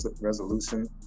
resolution